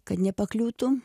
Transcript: kad nepakliūtų